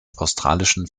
australischen